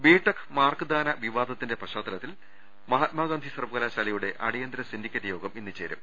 BTech മാർക്ക്ദാന വിവാദത്തിന്റെ പശ്ചാത്തലത്തിൽ മഹാത്മാ ഗാന്ധി സർവ്വകലാശാലയുടെ അടിയന്തര സിൻഡിക്കേറ്റ് യോഗം ഇന്ന് ചേരും